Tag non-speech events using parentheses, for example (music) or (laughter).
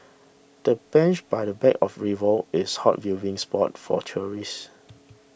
the bench by the bank of river is a hot viewing spot for tourists (noise)